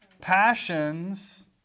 passions